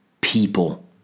people